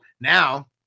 now